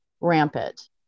rampant